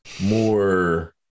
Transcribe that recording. more